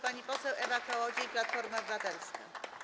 Pani poseł Ewa Kołodziej, Platforma Obywatelska.